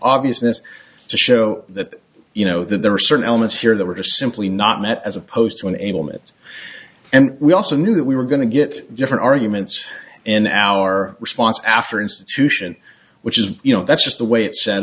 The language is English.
obviousness to show that you know that there are certain elements here that were simply not met as opposed to an ailment and we also knew that we were going to get different arguments in our response after institution which is you know that's just the way it's set